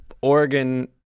Oregon